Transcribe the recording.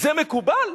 זה מקובל?